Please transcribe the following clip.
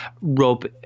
rob